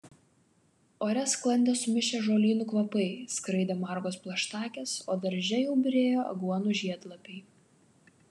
ore sklandė sumišę žolynų kvapai skraidė margos plaštakės o darže jau byrėjo aguonų žiedlapiai